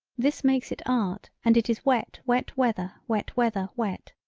this makes it art and it is wet wet weather wet weather wet.